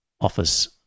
office